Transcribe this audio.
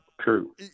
True